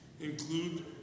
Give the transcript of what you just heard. include